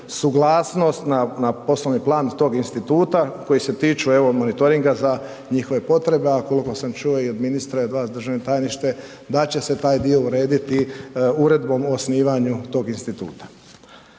suglasnost na poslovni plan tog instituta koji se tiču evo monitoringa za njihove potrebe a koliko sam čuo i od ministra i od vas državni tajniče, da će se taj dio urediti uredbom o osnivanju tog instituta.